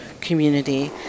community